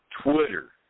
Twitter